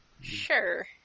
Sure